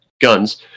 guns